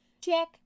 check